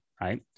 right